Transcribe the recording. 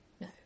no